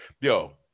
Yo